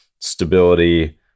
stability